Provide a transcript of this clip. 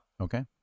Okay